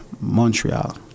Montreal